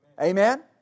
Amen